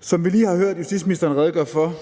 Som vi lige har hørt justitsministeren redegøre for,